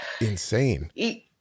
insane